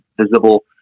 visible